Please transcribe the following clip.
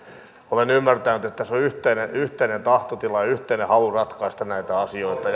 olen ymmärtänyt että tässä on yhteinen tahtotila ja yhteinen halu ratkaista näitä asioita